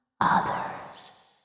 others